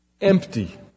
empty